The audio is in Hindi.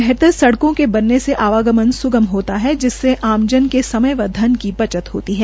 बेहतर सड़कों के बनने से आवागमन स्गम होता है जिससे आमजन के समय व धन की भी बचत होती है